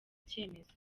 cyemezo